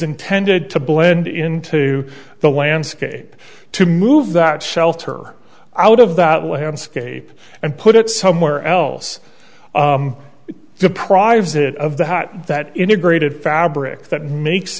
intended to blend into the landscape to move that shelter out of that way and scape and put it somewhere else it deprives it of the hot that integrated fabric that makes